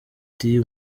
ati